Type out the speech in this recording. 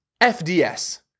FDS